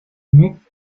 myth